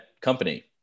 company